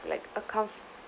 like a com~